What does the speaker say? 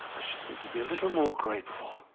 i should think you'd be a little more grateful.